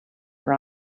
for